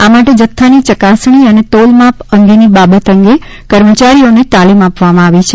આ માટે જથ્થાની ચકાસણી અને તોલમાપ અંગેની બાબત અંગે કર્મચારીઓને તાલીમ આપવામાં આવી છે